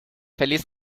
feliz